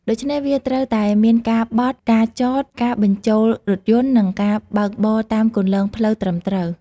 ដូច្នេះ វាត្រូវតែមានការបត់ ការចត ការបញ្ជូលរថយន្ត និងការបើកបរតាមគន្លងផ្លូវត្រឹមត្រូវ។